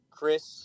Chris